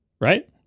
Right